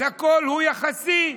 אז הכול יחסי.